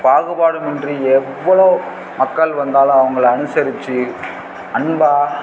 பாகுபாடும் இன்றி எவ்வளோ மக்கள் வந்தாலும் அவங்கள அனுசரிச்சு அன்பாக